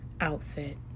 outfit